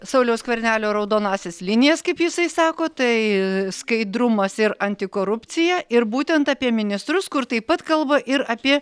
sauliaus skvernelio raudonąsias linijas kaip jisai sako tai skaidrumas ir antikorupcija ir būtent apie ministrus kur taip pat kalba ir apie